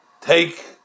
take